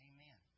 Amen